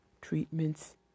treatments